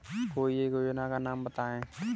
कोई एक योजना का नाम बताएँ?